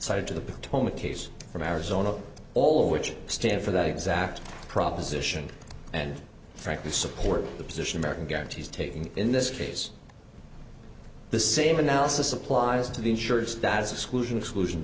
cited to the potomac case from arizona all of which stand for that exact proposition and frankly support the position american guarantees taking in this case the same analysis applies to the insurance that exclusion exclusion